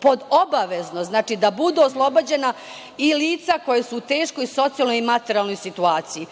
pod obavezno, znači da bude oslobođena i lica koja su u teškoj socijalnoj i materijalnoj situaciji.